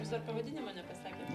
jūs dar pavadinimą nepasakėt